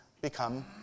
become